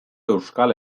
euskal